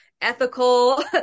ethical